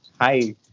hi